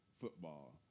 football